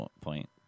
point